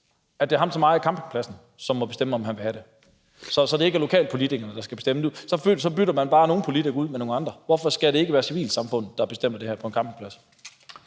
så det er ham, som ejer campingpladsen, som må bestemme, om han vil have det? Så er det ikke lokalpolitikerne, der skal bestemme det, for så bytter man bare nogle politikere ud med nogle andre. Hvorfor skal det ikke være civilsamfundet, der bestemmer det her på en campingplads?